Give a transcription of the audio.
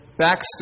backstory